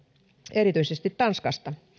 erityisesti tanskasta